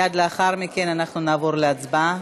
מייד לאחר מכן אנחנו נעבור להצבעה.